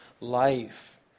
life